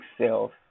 self